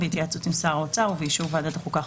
בהתייעצות עם שר האוצר ובאישור ועדת החוקה,